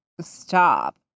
stop